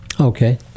Okay